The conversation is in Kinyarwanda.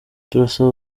turasaba